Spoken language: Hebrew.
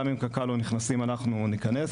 גם אם קק"ל לא נכנסים אנחנו נכנס,